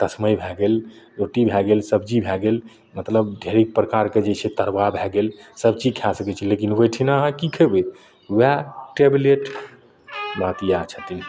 तस्मय भए गेल रोटी भए गेल सब्जी भए गेल मतलब ढेरिक प्रकारके जे छै तरुआ भए गेल सब चीज खा सकय छी लेकिन ओइठिना अहाँ की खेबय ओएह टेबलेट बात इएह छथिन